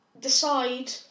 decide